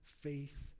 faith